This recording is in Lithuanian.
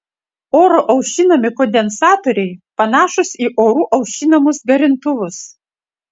oru aušinami kondensatoriai panašūs į oru aušinamus garintuvus